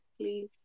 Please